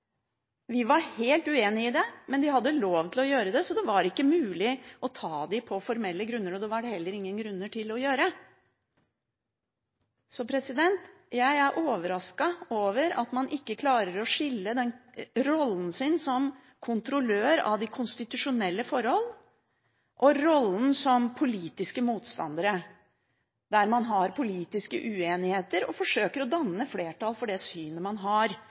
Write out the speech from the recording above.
Vi var helt uenige i det, men de hadde lov til å gjøre det, så det var ikke mulig å ta dem på formelle grunner, og det var det heller ingen grunn til å gjøre. Jeg er overrasket over at man ikke klarer å skille rollen sin som kontrollør av de konstitusjonelle forhold, og rollen som politiske motstandere, der man har politiske uenigheter og forsøker å danne flertall for det synet man har,